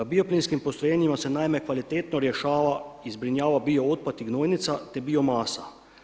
Bioplinskim postrojenjima se naime kvalitetno rješava i zbrinjava bio otpad i gnojnica te biomasa.